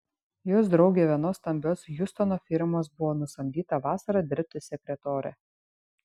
jos draugė vienos stambios hjustono firmos buvo nusamdyta vasarą dirbti sekretore